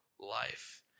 life